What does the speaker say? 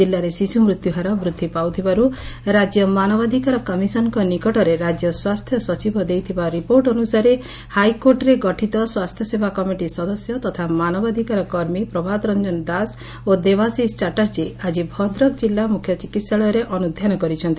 ଜିଲ୍ଲାରେ ଶିଶୁମୃତ୍ୟ ହାର ବୃଦ୍ଧି ପାଉଥିବାରୁ ରାଜ୍ୟ ମାନବାଧିକାର କମିଶନ୍ଙ୍ଙ ନିକଟରେ ରାଜ୍ୟ ସ୍ୱାସ୍ଥ୍ୟ ସଚିବ ଦେଇଥିବା ରିପୋର୍ଟ ଅନୁସାରେ ହାଇକୋର୍ଟରେ ଗଠିତ ସ୍ୱାସ୍ଥ୍ୟସେବା କମିଟି ସଦସ୍ୟ ତଥା ମାବାଧିକାର କର୍ମୀ ପ୍ରଭାତ ରଞ୍ଞନ ଦାସ ଓ ଦେବାଶିଷ ଚାଟ୍ଟାର୍ଜୀ ଆଜି ଭଦ୍ରକ ଜିଲ୍ଲା ମୁଖ୍ୟ ଚିକିସାଳୟରେ ଅନୁଧ୍ଯାନ କରିଛନ୍ତି